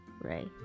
Ray